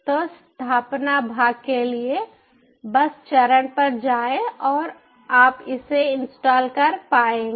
तो स्थापना भाग के लिए बस चरण पर जाएं और आप इसे इंस्टॉल कर पाएंगे